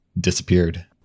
disappeared